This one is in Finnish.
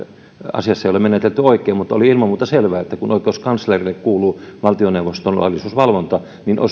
asiassa ei ole menetelty oikein koska oli ilman muuta selvää että kun oikeuskanslerille kuuluu valtioneuvoston laillisuusvalvonta niin osoite oli se